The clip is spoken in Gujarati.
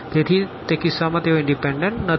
તેથી તે કિસ્સામાં તેઓ ઇનડીપેનડન્ટનથી